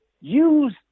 use